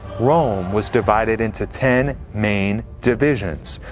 rome was divided into ten main divisions.